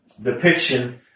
Depiction